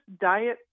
diet